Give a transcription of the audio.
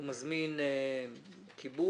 הוא מזמין כיבוד,